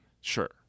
Sure